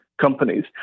Companies